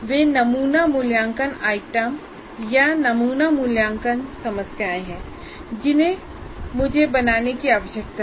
वे नमूना मूल्यांकन आइटम या नमूना समस्याएं हैं जिन्हें मुझे बनाने की आवश्यकता है